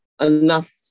enough